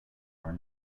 are